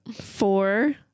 four